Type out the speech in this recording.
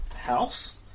house